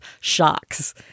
shocks